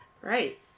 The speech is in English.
right